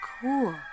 cool